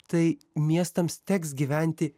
tai miestams teks gyventi